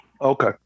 Okay